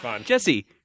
Jesse